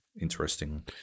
interesting